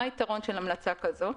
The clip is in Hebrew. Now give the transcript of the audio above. מה היתרון של המלצה כזאת?